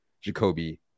Jacoby